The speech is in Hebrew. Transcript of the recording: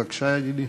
בבקשה, ידידי.